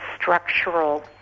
structural